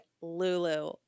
Lulu